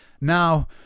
now